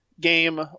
game